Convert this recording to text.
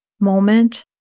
moment